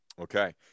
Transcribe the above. Okay